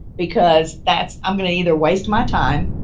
because that's, i'm going to either waste my time,